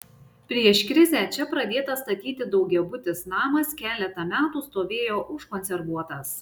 prieš krizę čia pradėtas statyti daugiabutis namas keletą metų stovėjo užkonservuotas